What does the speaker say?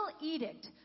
edict